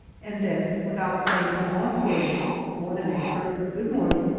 and then, without saying one word more than a curt good morning,